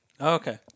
Okay